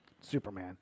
Superman